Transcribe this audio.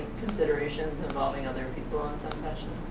considerations involving other people in some